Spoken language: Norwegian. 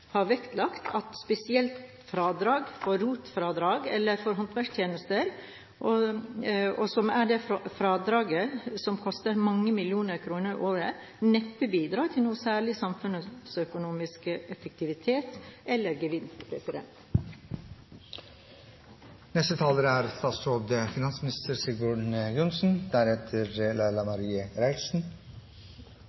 har vektlagt at spesielt ROT-fradrag, eller fradrag for håndverkstjenester, som er det fradraget som koster mange millioner kroner i året, neppe bidrar til noe særlig samfunnsøkonomisk effektivitet eller gevinst.